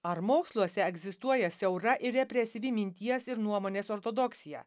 ar moksluose egzistuoja siaura ir represyvi minties ir nuomonės ortodoksija